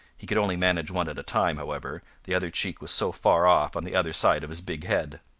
he could only manage one at a time, however the other cheek was so far off on the other side of his big head.